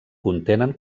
contenen